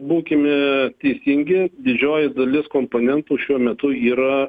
būkime teisingi didžioji dalis komponentų šiuo metu yra